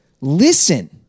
listen